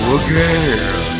again